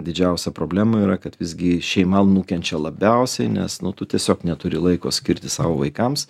didžiausia problema yra kad visgi šeima nukenčia labiausiai nes nu tu tiesiog neturi laiko skirti savo vaikams